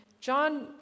John